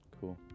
Cool